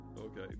Okay